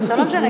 אז ברוכה הבאה.